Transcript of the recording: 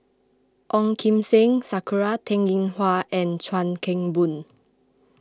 Ong Kim Seng Sakura Teng Ying Hua and Chuan Keng Boon